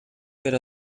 per